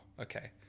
okay